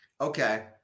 Okay